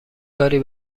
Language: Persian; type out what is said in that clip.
کاری